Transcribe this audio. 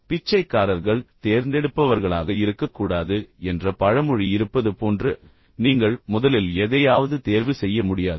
பிச்சைக்காரர்கள் தேர்ந்தெடுப்பவர்களாக இருக்கக்கூடாது என்ற பழமொழி இருப்பது போன்று நீங்கள் முதலில் எதையாவது தேர்வு செய்ய முடியாது